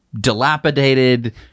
dilapidated